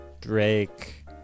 Drake